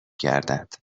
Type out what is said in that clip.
گردد